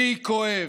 לי כואב.